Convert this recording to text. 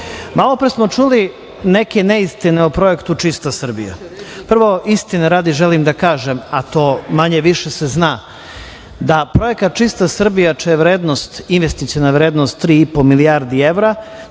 Malopre smo čuli neke neistine o projektu „Čista Srbija“. Prvo, istine radi želim da kažem, a to manje više se zna da Projekat „Čista Srbija“, čija je vrednost investiciona vrednost tri i po milijardi evra,